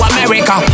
America